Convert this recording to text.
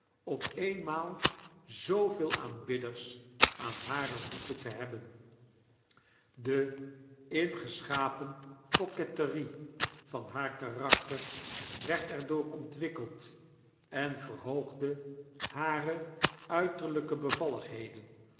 stad opeenmaal zooveel aanbidders aan hare voetentehebben de ingeschapen coquetterie van haar karakter werd er door ontwikkeld en verhoogde hare uiterlyke